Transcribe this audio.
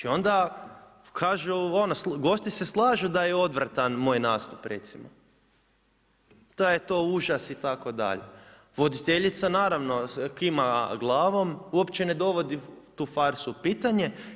I onda kažu … gosti se slažu da je odvratan moj nastup recimo, da je to užas itd., voditeljica naravno kima glavom uopće ne dovodi tu farsu u pitanje.